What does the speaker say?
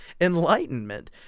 enlightenment